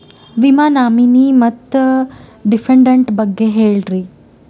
ವಿಮಾ ನಾಮಿನಿ ಮತ್ತು ಡಿಪೆಂಡಂಟ ಬಗ್ಗೆ ಹೇಳರಿ?